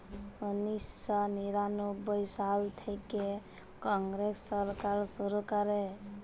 উনিশ শ নিরানব্বই সাল থ্যাইকে কংগ্রেস সরকার শুরু ক্যরে